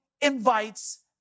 invites